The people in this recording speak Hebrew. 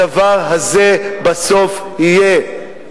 הדבר הזה בסוף יהיה.